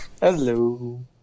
Hello